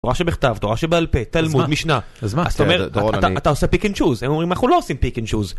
תורה שבכתב, תורה שבעל פה, תלמוד, משנה, זאת אומרת, אתה עושה pick and choose, הם אומרים אנחנו לא עושים pick and choose